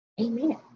Amen